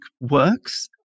works